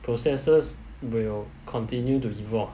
processors will continue to evolve